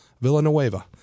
Villanueva